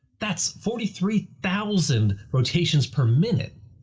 that's forty three thousand rotations per minute!